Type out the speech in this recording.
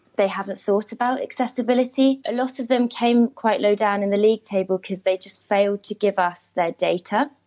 they haven't thought about accessibility. a lot of them came quite low down in the league table because they just failed to give us their data.